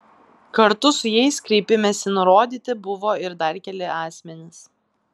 kartu su jais kreipimesi nurodyti buvo ir dar keli asmenys